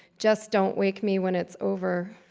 just don't wake me when it's over.